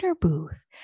booth